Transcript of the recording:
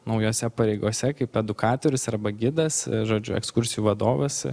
naujose pareigose kaip edukatorius arba gidas žodžiu ekskursijų vadovas